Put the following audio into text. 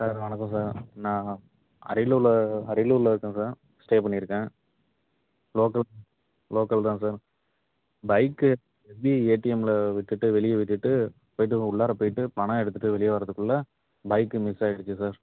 sir வணக்கம் sir நான் அரியலூரில் அரியலூரில் இருக்கேன் சார் ஸ்டே பண்ணிருக்கேன் லோக்கல் லோக்கல் தான் சார் பைக்கு எஸ்பிஐ ஏடிஎமில் விட்டுட்டு வெளியே விட்டுட்டு போயிட்டு அது உள்ளாரா போயிட்டு பணம் எடுத்துகிட்டு வெளிய வரதுக்குள்ள பைக்கு மிஸ் ஆகிடுச்சு சார்